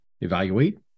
evaluate